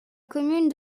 commune